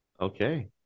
Okay